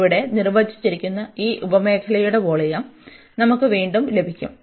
അതിനാൽ ഇവിടെ നിർവചിച്ചിരിക്കുന്ന ഈ ഉപമേഖലയുടെ വോളിയം നമുക്ക് വീണ്ടും ലഭിക്കും